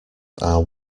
are